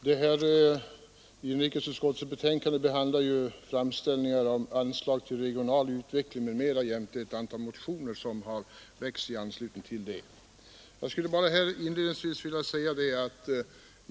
Herr talman! Inrikesutskottets betänkande behandlar i propositionen 1 gjorda framställningar om anslag till regional utveckling m.m. jämte ett antal motioner som har väckts i anslutning till propositionen.